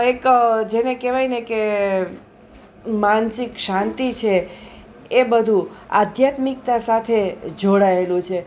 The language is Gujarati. એક જેને કહેવાયને કે માનસિક શાંતિ છે એ બધું આધ્યાત્મિકતા સાથે જોડાએલું છે